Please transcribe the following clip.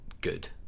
good